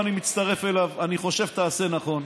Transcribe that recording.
ואני מצטרף אליו: אני חושב שתעשה נכון,